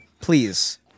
please